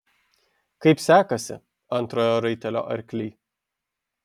kaip sekasi antrojo raitelio arkly